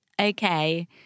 okay